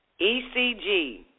ECG